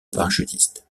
parachutiste